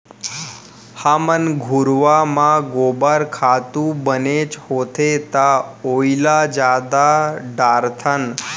हमन घुरूवा म गोबर खातू बनेच होथे त ओइला जादा डारथन